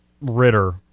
Ritter